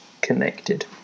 connected